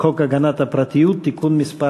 הגנת הפרטיות (תיקון מס'